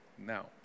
now